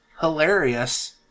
hilarious